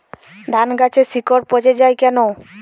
ধানগাছের শিকড় পচে য়ায় কেন?